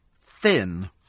thin